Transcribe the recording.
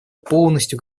полностью